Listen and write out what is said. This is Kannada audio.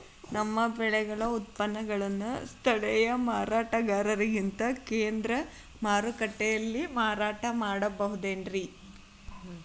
ನಮ್ಮ ಬೆಳೆಗಳ ಉತ್ಪನ್ನಗಳನ್ನ ಸ್ಥಳೇಯ ಮಾರಾಟಗಾರರಿಗಿಂತ ಕೇಂದ್ರ ಮಾರುಕಟ್ಟೆಯಲ್ಲಿ ಮಾರಾಟ ಮಾಡಬಹುದೇನ್ರಿ?